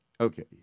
Okay